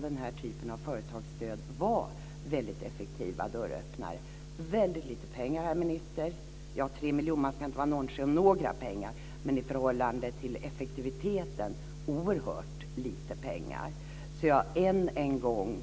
Denna typ av företagsstöd kan vara väldigt effektiva dörröppnare. Det är väldigt lite pengar, herr minister - 3 miljoner. Man ska inte vara nonchalant med pengar, men i förhållande till effekten är det oerhört lite pengar. Än en gång